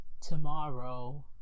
tomorrow